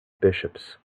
bishops